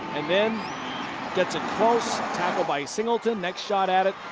and then gets it close. tackle by singleton. next shot at it,